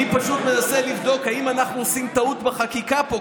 אני פשוט מנסה לבדוק האם אנחנו עושים טעות בחקיקה פה,